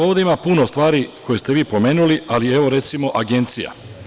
Ovde ima puno stvari koje ste vi pomenuli ali, evo, recimo Agencija.